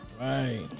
Right